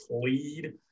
plead